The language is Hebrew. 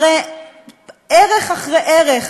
הרי ערך אחרי ערך,